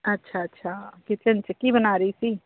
ਅੱਛਾ ਅੱਛਾ ਕਿਚਨ 'ਚ ਕੀ ਬਣਾ ਰਹੀ ਸੀ